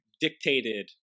dictated